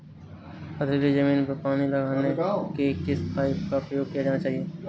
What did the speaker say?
पथरीली ज़मीन पर पानी लगाने के किस पाइप का प्रयोग किया जाना चाहिए?